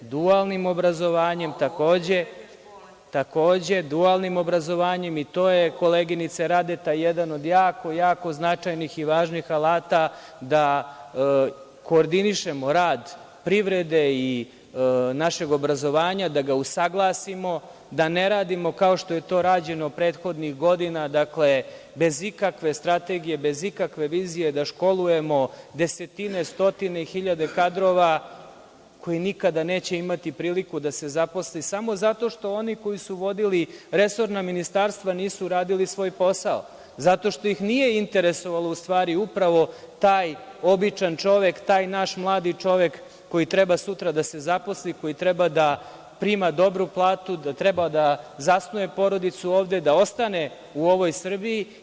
Dualnim obrazovanjem takođe i to je, koleginice Radeta, jedan od jako, jako značajnih i važnih alata da koordinišemo rad privrede i našeg obrazovanja, da ga usaglasimo, da ne radimo kao što je to rađeno prethodnih godina bez ikakve strategije, bez ikakve vizije, da školujemo desetine, stotine, hiljade kadrova koji nikada neće imati priliku da se zaposle i samo zato što oni koji su vodili resorna ministarstva nisu radili svoj posao, zato što ih nije interesovalo u stvari, upravo taj običan čovek, taj naš mladi čovek koji treba sutra da se zaposli, koji treba da prima dobru platu, treba da zasnuje porodicu ovde, da ostane u ovoj Srbiji.